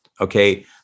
okay